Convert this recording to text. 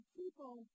people